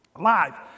Live